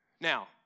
Now